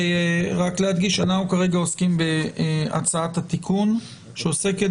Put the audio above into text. אנחנו כרגע עוסקים בהצעת התיקון שעוסקת